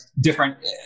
different